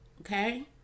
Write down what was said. Okay